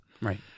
Right